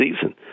season